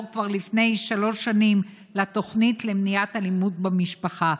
כבר לפני שלוש שנים לתוכנית למניעת אלימות במשפחה.